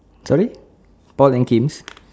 sorry paul and kim